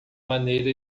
maneira